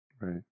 Right